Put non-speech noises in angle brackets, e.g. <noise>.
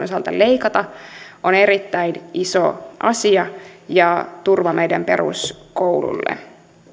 <unintelligible> osalta leikata on erittäin iso asia ja turva meidän peruskoululle